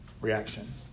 reaction